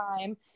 time